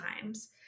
times